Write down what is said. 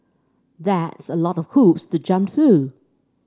that's a lot of hoops to jump through